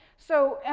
so,